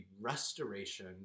restoration